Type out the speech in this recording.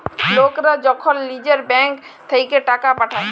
লকরা যখল লিজের ব্যাংক থ্যাইকে টাকা পাঠায়